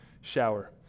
shower